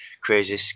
crazy